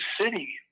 City